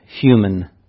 human